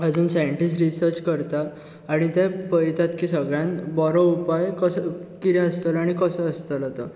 आजून scientist research करता आनी तें पळतात की सगळ्यांन बरो उपाय कस कितें आसतलो आनी कसो आसतलो तो